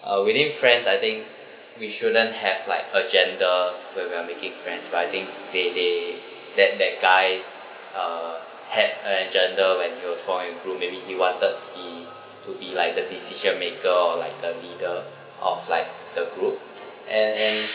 uh within friends I think we shouldn't have like agenda when we are making friends but I think they they that that guy uh had a agenda when he was for in group maybe he wanted be to be like the decision maker or like the leader of like the group and and